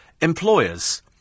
employers